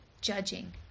judging